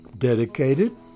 Dedicated